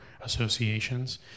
associations